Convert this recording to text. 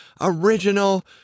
original